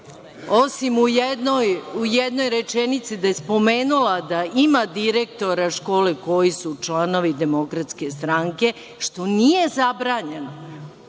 osim u jednoj rečenici gde je spomenula da ima direktora škole koji su članovi DS, što nije zabranjeno,